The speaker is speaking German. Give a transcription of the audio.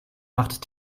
macht